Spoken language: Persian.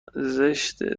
زشته